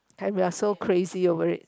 are we are so crazy over it